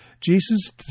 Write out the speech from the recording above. Jesus